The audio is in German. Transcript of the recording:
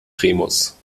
remus